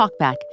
Talkback